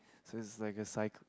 so it's like a cycl~